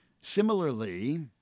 similarly